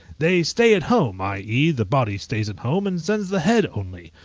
they stay at home, i e, the body stays at home, and sends the head only,